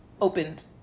opened